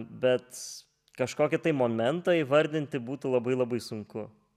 bet kažkokį tai momentą įvardinti būtų labai labai sunku